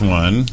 one